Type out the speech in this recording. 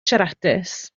siaradus